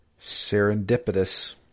serendipitous